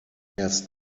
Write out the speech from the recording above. erst